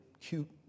cute